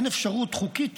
אין אפשרות חוקית